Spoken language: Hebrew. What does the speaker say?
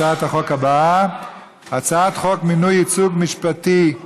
הצעת החוק של חבר הכנסת רועי פולקמן,